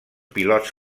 pilots